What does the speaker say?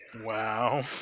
Wow